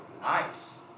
Nice